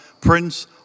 Prince